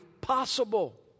possible